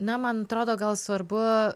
na man atrodo gal svarbu